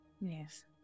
Yes